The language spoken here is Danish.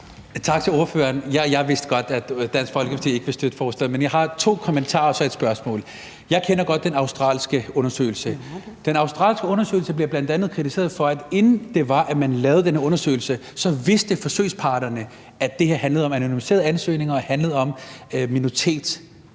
Tak til ordføreren. Ja, jeg vidste godt, at Dansk Folkeparti ikke ville støtte forslaget, men jeg har to kommentarer og så et spørgsmål. Jeg kender godt den australske undersøgelse, og den australske undersøgelse bliver bl.a. kritiseret for, at forsøgsparterne, inden man lavede den her undersøgelse, vidste, at det her handlede om anonymiserede ansøgninger, og at det handlede om minoriteter